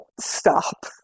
stop